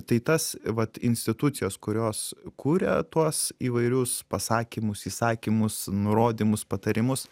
tai tas vat institucijos kurios kuria tuos įvairius pasakymus įsakymus nurodymus patarimus